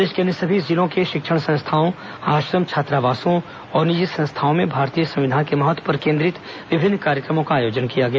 प्रदेश के अन्य सभी जिलों के शिक्षण संस्थाओं आश्रम छात्रावासों और निजी संस्थाओं में भारतीय संविधान के महत्व पर केन्द्रित विभिन्न कार्यक्रम का आयोजन किया गया